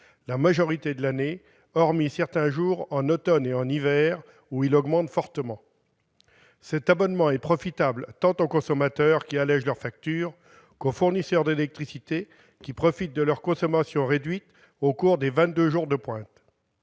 la majorité de l'année, hormis certains jours en automne et en hiver, où ce tarif augmente fortement. Cet abonnement est profitable tant aux consommateurs, qui allègent leur facture, qu'au fournisseur d'électricité, qui profite de leur consommation réduite au cours des 22 « jours de pointe